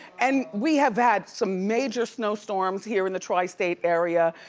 and we have had some major snowstorms here in the tri-state area,